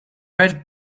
red